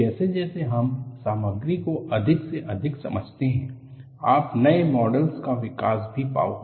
जैसा जैसे हम सामग्री को अधिक से अधिक समझते हैं आप नए मॉडलस का विकास भी पाओगे